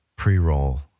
Pre-roll